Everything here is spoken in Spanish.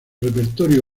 repertorio